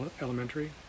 Elementary